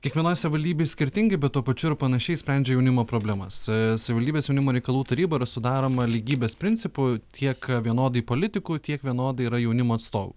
kiekvienoj savivaldybėj skirtingai bet tuo pačiu panašiai sprendžia jaunimo problemas savivaldybės jaunimo reikalų taryba yra sudaroma lygybės principu tiek vienodai politikų tiek vienodai yra jaunimo atstovų